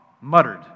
muttered